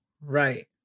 right